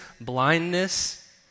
blindness